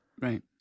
Right